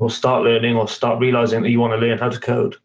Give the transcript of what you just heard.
or start learning or start realizing that you want to learn how to code.